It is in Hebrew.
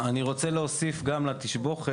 אני רוצה להוסיף גם לתשבחות,